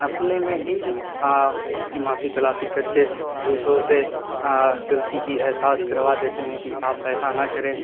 اپنے میں ہی اپنی معافی تلافی کر کے دوسروں سے غلطی کی احساس کروا دیتے ہیں کہ آپ ایسا نہ کریں